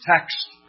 text